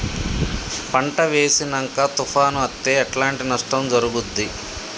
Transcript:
పంట వేసినంక తుఫాను అత్తే ఎట్లాంటి నష్టం జరుగుద్ది?